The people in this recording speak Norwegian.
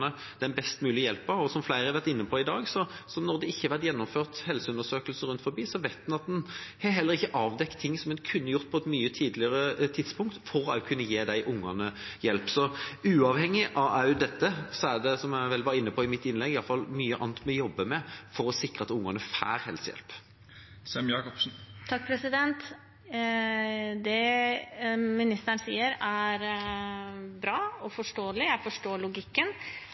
den best mulige hjelpa. Som flere har vært inne på i dag: Når det ikke har vært gjennomført helseundersøkelser rundt omkring, vet en at en heller ikke har avdekket ting som en kunne avdekket på et mye tidligere tidspunkt, for å kunne gi de ungene hjelp. Så uavhengig av dette er det, som jeg var inne på i mitt innlegg, også mye annet vi jobber med for å sikre at ungene får helsehjelp. Det ministeren sier, er bra og forståelig. Jeg forstår logikken.